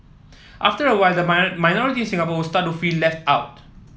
after a while the minorities in Singapore start to feel left out